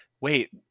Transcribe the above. Wait